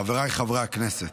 חבריי חברי הכנסת,